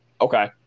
Okay